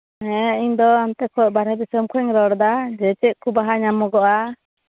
ᱦᱮᱸ ᱤᱧᱫᱚ ᱚᱱᱛᱮ ᱠᱷᱚᱱ ᱵᱟᱦᱨᱮ ᱫᱤᱥᱚᱢ ᱠᱷᱚᱱ ᱤᱧ ᱨᱚᱲ ᱮᱫᱟ ᱡᱮ ᱪᱮᱫ ᱠᱚ ᱵᱟᱦᱟ ᱧᱟᱢᱚᱜᱚᱜᱼᱟ